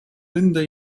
mõnda